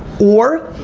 or,